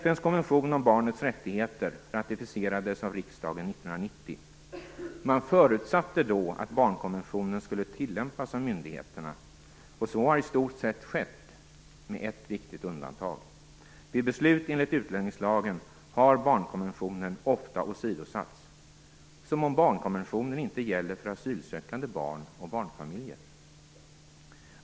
FN:s konvention om barnets rättigheter ratificerades av riksdagen 1990. Man förutsatte då att barnkonventionen skulle tillämpas av myndigheterna. Så har i stort sett skett, med ett viktigt undantag. Vid beslut enligt utlänningslagen har barnkonventionen ofta åsidosatts - som om barnkonventionen inte gäller för asylsökande barn och barnfamiljer.